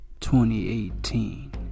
2018